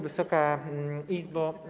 Wysoka Izbo!